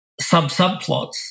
sub-subplots